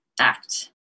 act